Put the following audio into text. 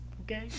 okay